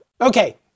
Okay